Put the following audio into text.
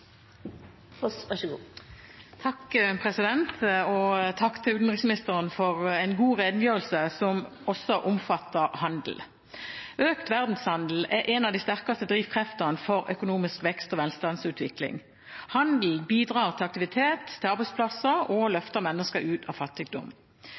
Takk til utenriksministeren for en god redegjørelse, som også omfatter handel. Økt verdenshandel er en av de sterkeste drivkreftene for økonomisk vekst og velstandsutvikling. Handel bidrar til aktivitet, arbeidsplasser og